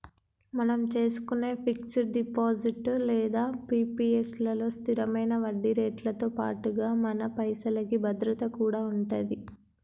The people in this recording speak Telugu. మనం చేసుకునే ఫిక్స్ డిపాజిట్ లేదా పి.పి.ఎస్ లలో స్థిరమైన వడ్డీరేట్లతో పాటుగా మన పైసలకి భద్రత కూడా ఉంటది